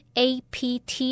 apt